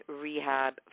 rehab